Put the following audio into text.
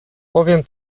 powiem